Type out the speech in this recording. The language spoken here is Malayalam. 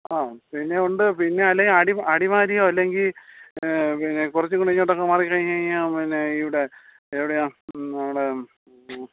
ആ പിന്നെ ഉണ്ട് പിന്നെ അല്ലെങ്കിൽ അടിമാലിയോ അല്ലെങ്കിൽ പിന്നെ കുറച്ചും കൂടി ഇങ്ങോട്ടൊക്കെ മാറിക്കഴിഞ്ഞു കഴിഞ്ഞാൽ പിന്നെ ഇവിടെ എവിടെയാണ് നമ്മുടെ